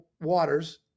waters